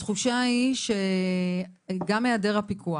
התחושה היא שגם העדר הפיקוח,